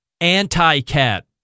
anti-cat